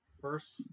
first